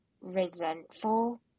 resentful